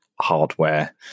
hardware